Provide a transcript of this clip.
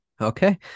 Okay